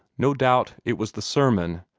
no doubt it was the sermon,